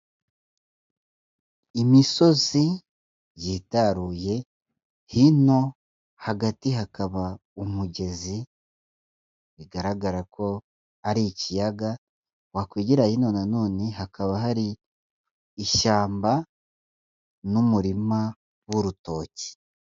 Imisozi, yitaruye, hino hagati hakaba umugezi, bigaragara ko, ari ikiyaga, wakwegera hino nanone hakaba hari, ishyamba n'umurima w'urutoki.